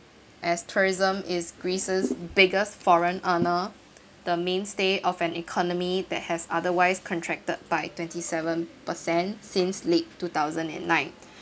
as tourism is Greece's biggest foreign earner the mainstay of an economic that has otherwise contracted by twenty seven percent since late two thousand and nine